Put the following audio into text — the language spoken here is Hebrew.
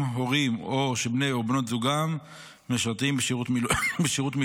הורים או שבני או בנות זוגם משרתים בשירות מילואים.